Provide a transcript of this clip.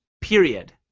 period